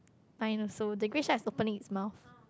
mine also the grey shark is opening its mouth